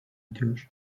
ediyor